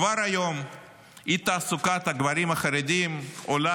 כבר היום אי-תעסוקת הגברים החרדים עולה